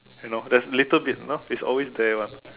and know there's little bit no it's always there one